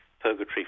purgatory